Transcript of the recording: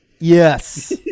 Yes